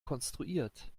konstruiert